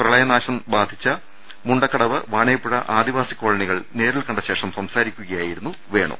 പ്രളയനാശം ബാധിച്ച മുണ്ടക്കടവ് വാണിയപ്പുഴ ആദി വാസി കോളനികൾ നേരിൽകണ്ട ശേഷം സംസാരിക്കുകയായിരുന്നു വി വേണു